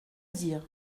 dire